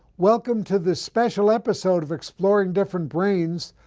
welcome to this special episode of exploring different brains.